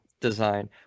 design